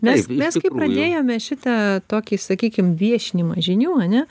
mes mes kai pradėjome šitą tokį sakykim viešinimą žinių ane